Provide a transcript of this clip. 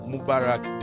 Mubarak